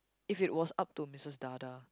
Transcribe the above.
if it was up to Missus Dada